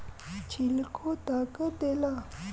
छिलको ताकत देला